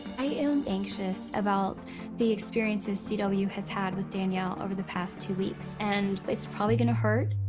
i am anxious about the experiences c w. has had with danielle over the past two weeks, and it's probably gonna hurt.